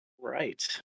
Right